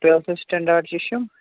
twelfth standard چہِ چھِ یِم